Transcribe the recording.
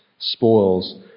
spoils